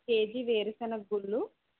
KG వేరుసెనగ గుళ్ళు